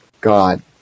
God